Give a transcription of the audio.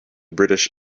british